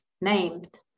named